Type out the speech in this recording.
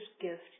gift